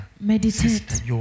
Meditate